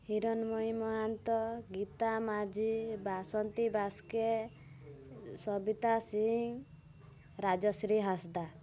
Hiranmayee Mahanta Gita Majhi Basanti Baske Sabita Singh Rajashree Hasda